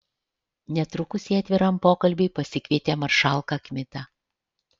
netrukus ji atviram pokalbiui pasikvietė maršalką kmitą